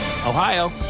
Ohio